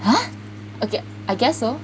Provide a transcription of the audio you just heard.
!huh! ag~ I guess so